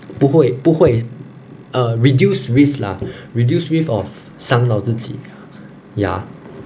不会不会 err reduced risk lah reduced risk of 伤到自己 ya